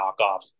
knockoffs